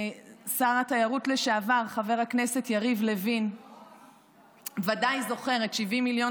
שר התיירות לשעבר חבר הכנסת יריב לוין בוודאי זוכר את 70 מיליון